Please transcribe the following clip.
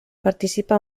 participa